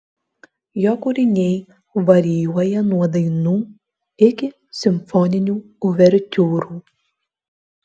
jo kūriniai varijuoja nuo dainų iki simfoninių uvertiūrų